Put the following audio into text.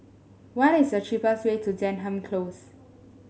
what is the cheapest way to Denham Close